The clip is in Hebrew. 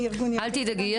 אל תדאגי.